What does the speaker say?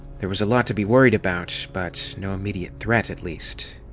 there was a lot to be worried about, but no immediate threat, at least.